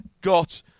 got